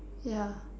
ya